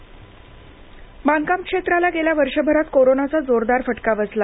क्रेडाई बांधकाम क्षेत्राला गेल्या वर्षभरात कोरोनाचा जोरदार फटका बसला